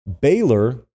Baylor